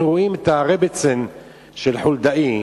אנחנו רואים את הרעבעצן של חולדאי